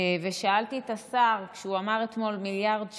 ושאלתי את השר, כשהוא אמר אתמול מיליארד שקלים,